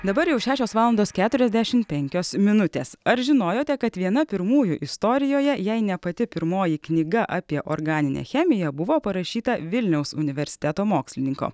dabar jau šešios valandos keturiasdešimt penkios minutės ar žinojote kad viena pirmųjų istorijoje jei ne pati pirmoji knyga apie organinę chemiją buvo parašyta vilniaus universiteto mokslininko